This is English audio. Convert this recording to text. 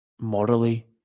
morally